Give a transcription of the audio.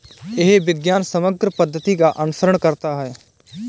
यह विज्ञान समग्र पद्धति का अनुसरण करता है